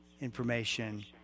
information